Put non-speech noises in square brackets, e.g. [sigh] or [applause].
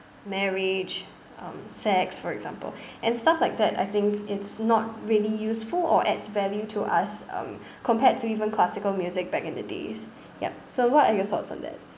marriage um sex for example [breath] and stuff like that I think it's not really useful or adds value to us um compared to even classical music back in the days yup so what are your thoughts on that